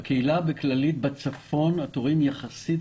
בקהילה בכללית, בצפון התורים קצרים יחסית.